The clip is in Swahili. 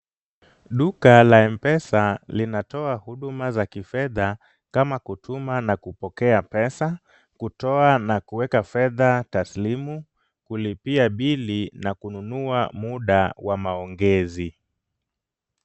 Duka la mpesa linatoa huduma za kifedha kama kutuma na kupokea pesa, kutoa na kuweka fedha taslimu, kulipia bili na kununua muda wa maongezi.